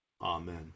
Amen